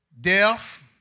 Death